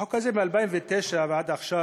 החוק הזה מ-2009, ועד עכשיו